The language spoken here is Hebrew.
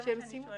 זה מה שאני שואלת.